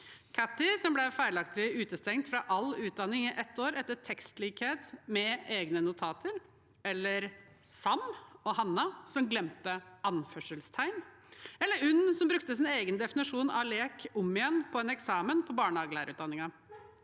Katie, som ble feilaktig utestengt fra all utdanning i ett år etter tekstlikhet med egne notater; Sam og Hannah, som glemte anførselstegn; Unn, som brukte sin egen definisjon av lek om igjen på en eksamen på barnehagelærerutdanningen.